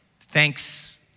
Thanks